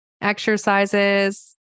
exercises